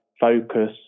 focus